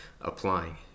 applying